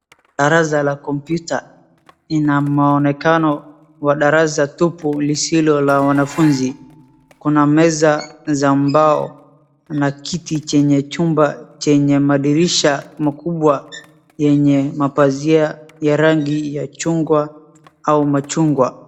Darasa la kompyuta, inamaokenao wa darasa tupu lisilo la wanafunzi. Kuna meza za mbao, kuna kiti chenye chumba chenye madirisha makubwa yenye mapazia ya rangi ya chungwa au machungwa.